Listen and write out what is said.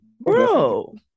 Bro